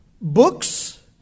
Books